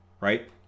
right